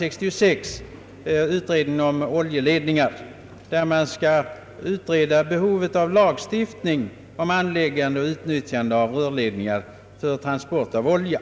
Den sistnämnda har mera juridisk karaktär och skall utreda behovet av lagstiftning gällande anläggande och utnyttjande av rörledningar för transport av olja.